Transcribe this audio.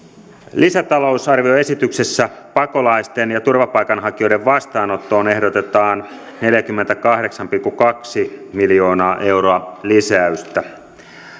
lisätalousarvioesityksessä pakolaisten ja turvapaikanhakijoiden vastaanottoon ehdotetaan neljäkymmentäkahdeksan pilkku kaksi miljoonaa euroa lisäystä